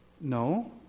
No